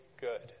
good